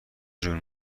جون